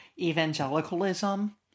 evangelicalism